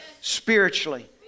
spiritually